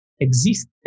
exist